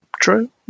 True